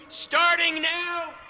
starting now,